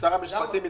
ושרי המשפטים התחלפו.